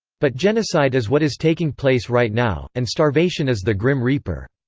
but genocide is what is taking place right now and starvation is the grim reaper.